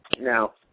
Now